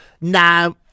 Now